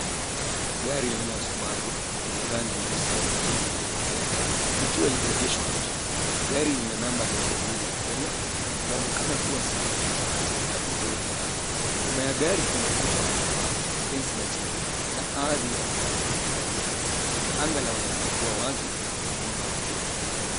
Gari, aina ya Subaru lenye rangi nyeusi au kijivu iliyokolea, likiwa limeegeshwa nje. Gari lina number za usajili ya Kenya. Laonekana kuwa safi na katika hali nzuri. Nyuma ya gari kuna ukuta wa matofali na fensi ya chuma na ardhi yaonekana kuwa na vumbi. Anga laonekana kuwa wazi na kuna mwanga wa jua.